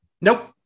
Nope